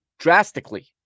drastically